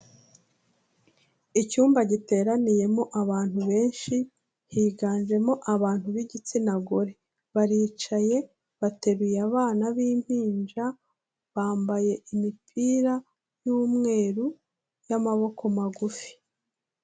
Icyumba giteraniyemo abantu benshi, higanjemo abantu b'igitsina gore. Baricaye bateruye abana b'impinja, bambaye imipira y'umweru y'amaboko magufi.